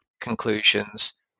conclusions